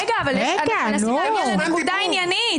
רגע, אנחנו מנסים להגיע לנקודה העניינית.